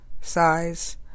size